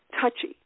touchy